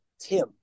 tim